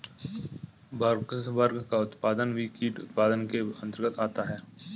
waxworm का उत्पादन भी कीट उत्पादन के अंतर्गत आता है